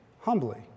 humbly